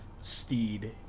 steed